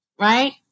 right